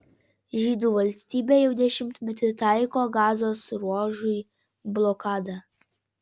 žydų valstybė jau dešimtmetį taiko gazos ruožui blokadą